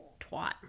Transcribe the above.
twat